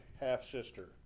half-sister